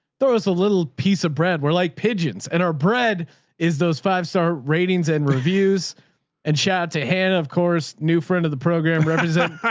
throw us a little piece of bread. we're like pigeons. and our bread is those five star ratings and reviews and chat to hannah. of course, new friend of the program representing,